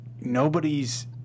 nobody's